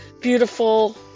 beautiful